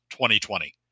2020